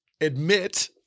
admit